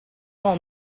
all